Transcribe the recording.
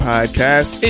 Podcast